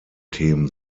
themen